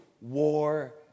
war